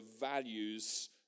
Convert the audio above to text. values